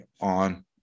on